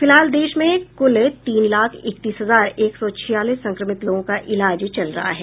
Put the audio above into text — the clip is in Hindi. फिलहाल देश में कुल तीन लाख इकतीस हजार एक सौ छियालीस संक्रमित लोगों का इलाज चल रहा है